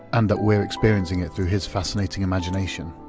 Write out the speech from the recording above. and that we're experiencing it through his fascinating imagination.